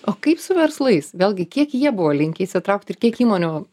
o kaip su verslais vėlgi kiek jie buvo linkę įsitraukt ir kiek įmonių